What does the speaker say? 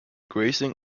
grazing